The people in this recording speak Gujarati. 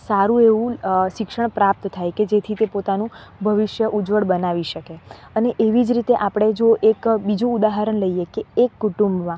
સારું એવું શિક્ષણ પ્રાપ્ત થાય કે જેથી તે પોતાનું ભવિષ્ય ઉજ્વળ બનાવી શકે અને એવી જ રીતે આપણે જો એક બીજું ઉદાહરણ લઈએ કે એક કુટુંબમાં